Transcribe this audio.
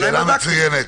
שאלה מצוינת.